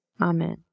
Amen